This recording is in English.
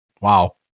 Wow